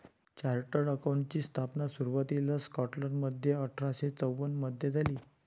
chartered अकाउंटंटची स्थापना सुरुवातीला स्कॉटलंडमध्ये अठरा शे चौवन मधे झाली